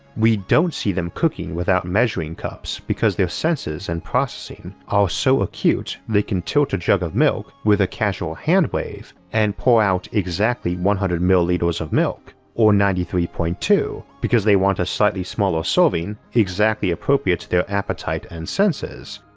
we don't see them cooking without measuring cups because their senses and processing are so acute they can tilt a jug of milk with a casual hand wave and pour out exactly one hundred milliliters of milk, or ninety three point two because they want a slightly smaller serving exactly appropriate to their appetite and their senses,